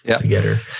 together